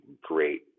great